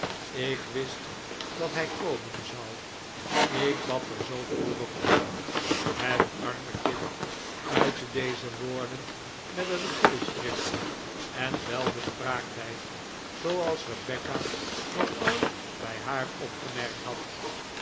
ik wist dat hij komen zou ik bad er zoo vurig om het arme kind uitte deze woorden met een geestdrift en welbespraaktheid zooals rebecca nog nooit bij haar opgemerkt had